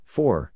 Four